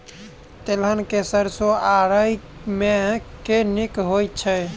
तेलहन मे सैरसो आ राई मे केँ नीक होइ छै?